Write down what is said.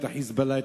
את ה"חיזבאללה",